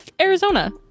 arizona